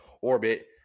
orbit